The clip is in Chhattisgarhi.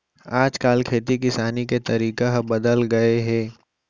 आज काल खेती किसानी के तरीका ह बदल गए हे